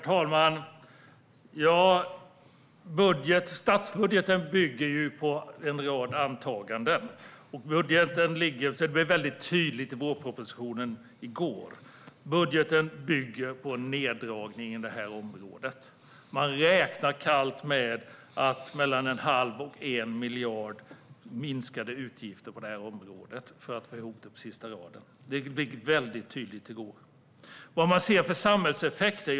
Herr talman! Statsbudgeten bygger på en rad antaganden. Det blev väldigt tydligt i vårpropositionen i går. Budgeten bygger på en neddragning på detta område. Man räknar kallt med minskade utgifter på mellan 1⁄2 och 1 miljard på detta område för att få ihop det på sista raden. Det blev väldigt tydligt i går. Vad ser man för samhällseffekter?